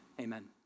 amen